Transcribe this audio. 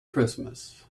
christmas